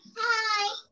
Hi